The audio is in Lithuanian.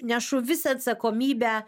nešu visą atsakomybę